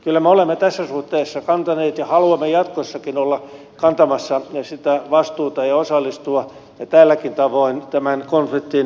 kyllä me olemme tässä suhteessa kantaneet sitä vastuuta ja haluamme jatkossakin olla kantamassa ja osallistua tälläkin tavoin tämän konfliktin ratkaisumahdollisuuksiin